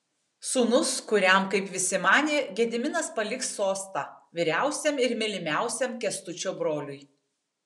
sūnus kuriam kaip visi manė gediminas paliks sostą vyriausiam ir mylimiausiam kęstučio broliui